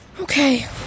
Okay